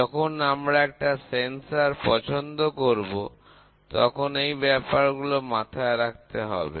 যখন আমরা একটা সেন্সর পছন্দ করব তখন এই ব্যাপার গুলো মাথায় রাখতে হবে